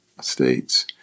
states